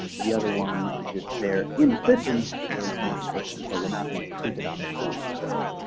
the other one is just there in the system for information purposes, but will not be printed on the form itself.